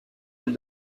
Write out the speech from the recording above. elle